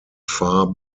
far